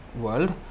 world